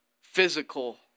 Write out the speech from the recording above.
physical